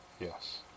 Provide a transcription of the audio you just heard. Yes